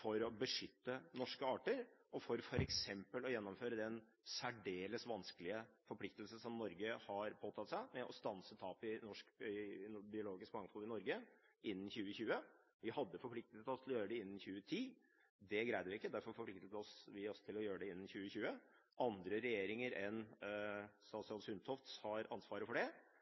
for å beskytte norske arter og f.eks. for å gjennomføre den særdeles vanskelige forpliktelse Norge har påtatt seg, med å stanse tapet i biologisk mangfold i Norge innen 2020. Vi hadde forpliktet oss til å gjøre det innen 2010. Det greide vi ikke. Derfor forpliktet vi oss til å gjøre det innen 2020. Andre regjeringer enn statsråd Sundtofts har hatt ansvaret for det,